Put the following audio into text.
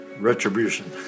retribution